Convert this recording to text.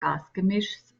gasgemischs